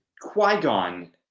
Qui-Gon